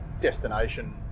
destination